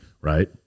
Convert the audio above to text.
right